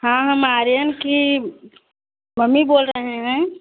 हाँ हम आर्यन की मम्मी बोल रहे हैं